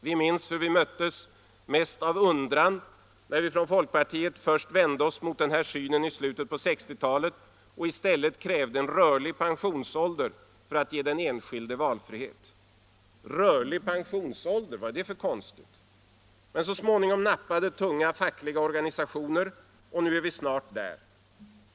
Vi minns hur vi möttes mest av undran, när vi från folkpartiet först vände oss mot den här synen i slutet på 1960-talet och i stället krävde rörlig pensionsålder för att ge den enskilde valfrihet. ”Rörlig pensionsålder — vad är det för konstigt?” Men så småningom nappade tunga fackliga organisationer. Och nu är vi snart där.